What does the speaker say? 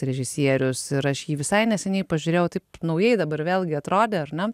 režisierius ir aš jį visai neseniai pažiūrėjau taip naujai dabar vėlgi atrodė ar ne